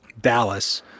Dallas